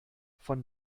von